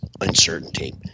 uncertainty